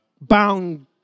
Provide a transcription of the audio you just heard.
bound